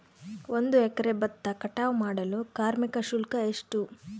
ಒಂದು ಎಕರೆ ಭತ್ತ ಕಟಾವ್ ಮಾಡಲು ಕಾರ್ಮಿಕ ಶುಲ್ಕ ಎಷ್ಟು?